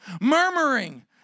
Murmuring